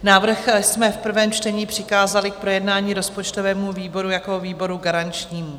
Návrh jsme v prvém čtení přikázali k projednání rozpočtovému výboru jako výboru garančnímu.